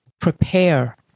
prepare